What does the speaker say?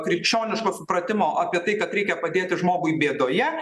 krikščioniško supratimo apie tai kad reikia padėti žmogui bėdoje